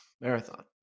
marathon